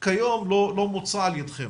כיום לא מוצע על ידכם?